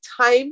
time